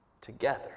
together